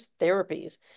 therapies